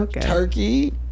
turkey